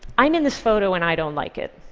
i'm in this photo and i don't like it,